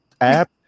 app